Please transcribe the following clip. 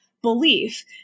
belief